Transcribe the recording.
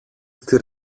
στη